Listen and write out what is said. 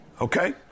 Okay